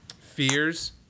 fears